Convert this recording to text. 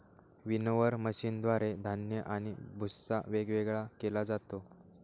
winnower मशीनद्वारे धान्य आणि भुस्सा वेगवेगळा केला जातो